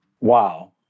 Wow